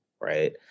right